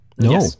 no